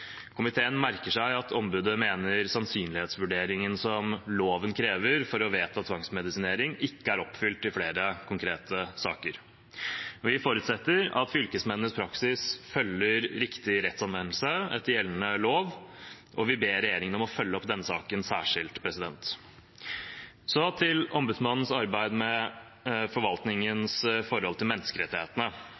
Komiteen merker seg at ombudet mener sannsynlighetsvurderingen som loven krever for å vedta tvangsmedisinering, ikke er oppfylt i flere konkrete saker. Vi forutsetter at fylkesmennenes praksis følger riktig rettsanvendelse etter gjeldende lov, og vi ber regjeringen følge opp denne saken særskilt. Så til Sivilombudsmannens arbeid med forvaltningens forhold til menneskerettighetene.